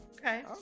Okay